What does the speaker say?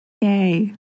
Yay